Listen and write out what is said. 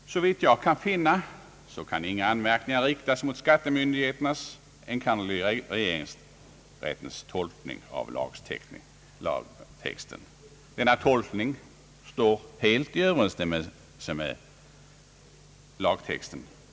Såvitt jag kan finna kan inga anmärkningar riktas mot skattemyndigheternas, enkannerligen regeringsrättens tolkning av lagtexten. Denna tolkning är helt i överensstämmelse med lagtexten.